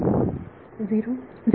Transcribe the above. विद्यार्थी 0